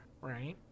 right